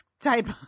type